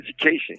education